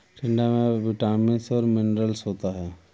टिंडा में विटामिन्स और मिनरल्स होता है